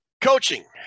Coaching